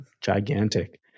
Gigantic